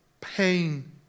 pain